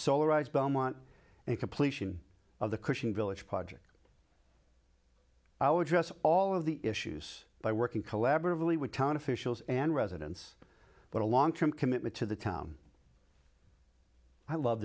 solar rise belmont and completion of the cushing village project i would dress all of the issues by working collaboratively with town officials and residents but a long term commitment to the town i love